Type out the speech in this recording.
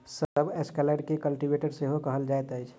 सब स्वाइलर के कल्टीवेटर सेहो कहल जाइत अछि